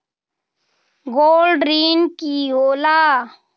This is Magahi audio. गोल्ड ऋण की होला?